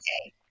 okay